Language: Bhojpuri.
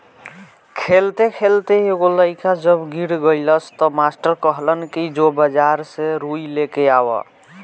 खेलते खेलते एगो लइका जब गिर गइलस त मास्टर कहलन कि जो बाजार से रुई लेके आवा